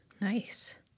Nice